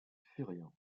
syriens